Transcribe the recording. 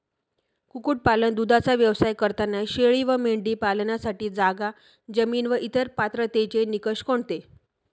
कुक्कुटपालन, दूधाचा व्यवसाय करताना शेळी व मेंढी पालनासाठी जागा, जमीन व इतर पात्रतेचे निकष कोणते?